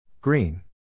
Green